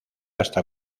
hasta